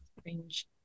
strange